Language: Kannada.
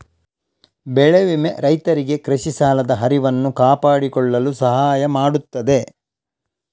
ಬೆಳೆ ವಿಮೆ ರೈತರಿಗೆ ಕೃಷಿ ಸಾಲದ ಹರಿವನ್ನು ಕಾಪಾಡಿಕೊಳ್ಳಲು ಸಹಾಯ ಮಾಡುತ್ತದೆ